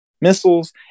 missiles